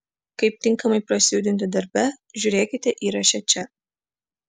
kaip tinkamai prasijudinti darbe žiūrėkite įraše čia